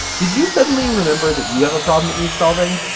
did you suddenly remember that you have a problem that needs solving?